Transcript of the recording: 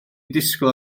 disgwyl